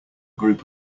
group